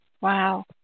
Wow